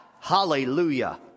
Hallelujah